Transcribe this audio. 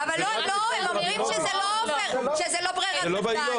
אבל אומרים שזאת לא ברירת המחדל.